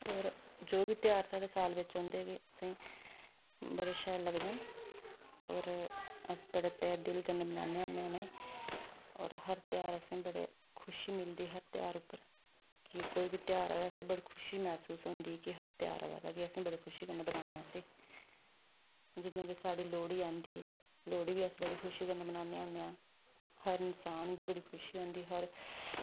और जो बी ध्यार साल बिच्च औंदे कि बड़े शैल लगदे न और अस बड़े तैह् दिल कन्नै बनाने होन्ने उनेंगी और हर ध्यार असेंगी बड़ी खुशी मिलदी हर ध्यार उप्पर कि कोई बी ध्यार आया असेंगी बड़ी खुशी मैह्सूस होंदी कि हर ध्योहार अवा दा असें बड़ी खुशी कन्नै बनाना ऐ इसी जियां कि साढ़ी लोह्ड़ी आंदी लोह्ड़ी बी अस बड़ी खुशी कन्नै बनाने होने आं हर इंसान गी बड़ी खुशी होंदी हर